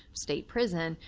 state prison,